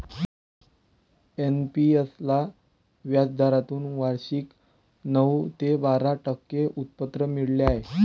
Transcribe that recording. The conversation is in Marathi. एन.पी.एस ला व्याजदरातून वार्षिक नऊ ते बारा टक्के उत्पन्न मिळाले आहे